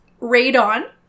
Radon